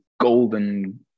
Golden